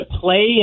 play